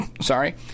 Sorry